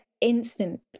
instant